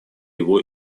его